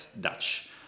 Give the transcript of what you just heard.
Dutch